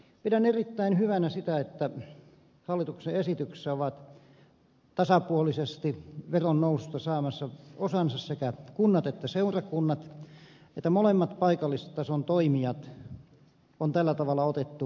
pidän erittäin hyvänä sitä että hallituksen esityksessä ovat veron noususta tasapuolisesti saamassa osansa sekä kunnat että seurakunnat että molemmat paikallistason toimijat on tällä tavalla otettu huomioon